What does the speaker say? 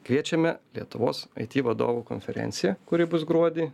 kviečiame lietuvos aiti vadovų konferenciją kuri bus gruodį